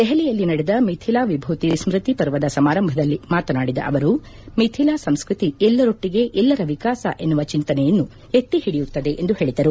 ದೆಹಲಿಯಲ್ಲಿ ನಡೆದ ಮಿಥಿಲಾ ವಿಭೂತಿ ಸ್ಮೃತಿ ಪರ್ವದ ಸಮಾರಂಭದಲ್ಲಿ ಮಾತನಾಡಿದ ಅವರು ಮಿಥಿಲಾ ಸಂಸ್ಕೃತಿ ಎಲ್ಲರೊಟ್ಟಗೆ ಎಲ್ಲರ ವಿಕಾಸ ಎನ್ನುವ ಚಿಂತನೆಯನ್ನು ಎತ್ತಿ ಹಿಡಿಯುತ್ತದೆ ಎಂದು ಹೇಳಿದರು